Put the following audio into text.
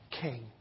king